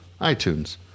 iTunes